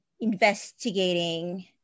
investigating